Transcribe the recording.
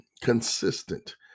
consistent